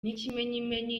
n’ikimenyimenyi